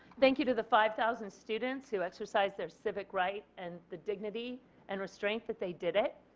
thank you to the five thousand students who exercised their civic right and the dignity and restraint that they did it.